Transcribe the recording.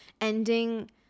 ending